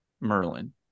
Merlin